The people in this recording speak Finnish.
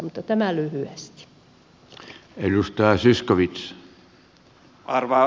mutta tämä lyhyesti